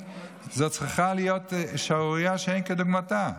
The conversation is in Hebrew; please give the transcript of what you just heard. זו צריכה להיות שערורייה שאין כדוגמתה.